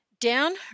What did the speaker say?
down